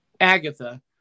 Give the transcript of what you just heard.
Agatha